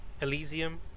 Elysium